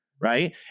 Right